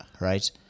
right